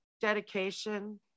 dedication